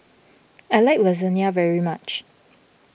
I like Lasagne very much